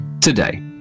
Today